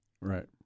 Right